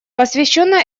посвященное